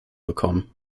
bekommen